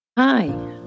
Hi